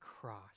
cross